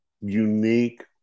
unique